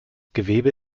gewebe